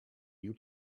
you